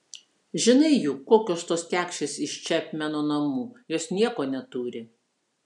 žinai juk kokios tos kekšės iš čepmeno namų jos nieko neturi